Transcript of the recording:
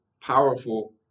powerful